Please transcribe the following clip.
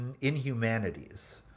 inhumanities